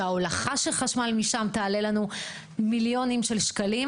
שההולכה של חשמל משם תעלה לנו מיליונים של שקלים,